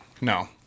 No